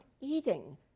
eating